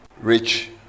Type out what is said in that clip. rich